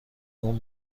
اون